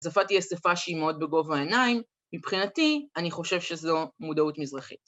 ‫השפה תהיה שפה שאימות בגובה העיניים. ‫מבחינתי, אני חושב שזו מודעות מזרחית.